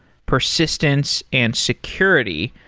persistence and security.